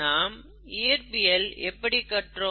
நாம் இயற்பியல் எப்படி கற்றோம்